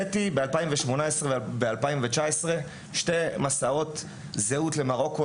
ב-2018 וב-2019 הוצאתי שני מסעות זהות למרוקו,